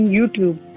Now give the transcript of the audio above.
YouTube